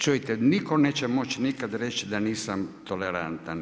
Čujete nitko neće moći nikad reći da nisam tolerantan.